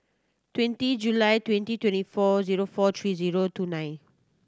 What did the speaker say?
twenty July twenty twenty four zero four three zero two nine